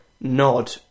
nod